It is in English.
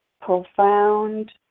profound